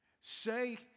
Say